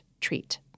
treat